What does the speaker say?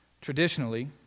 Traditionally